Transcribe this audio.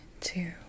two